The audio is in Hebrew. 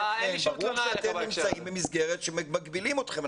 ברור שאתם נמצאים במסגרת שמגבילים אתכם.